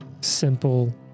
simple